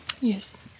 Yes